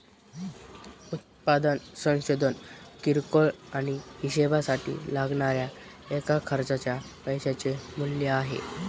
उत्पादन संशोधन किरकोळ आणि हीशेबासाठी लागणाऱ्या एका खर्चाच्या पैशाचे मूल्य आहे